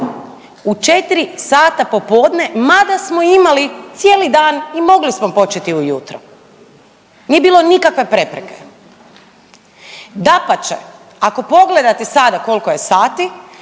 U 4 sata popodne mada smo imali cijeli dan i mogli smo početi ujutro. Nije bilo nikakve prepreke. Dapače, ako pogledate sada koliko je sati,